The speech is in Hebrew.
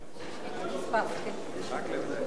הצעת ועדת הכנסת לתיקון תקנון הכנסת נתקבלה.